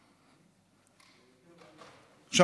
עכשיו,